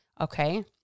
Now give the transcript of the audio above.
okay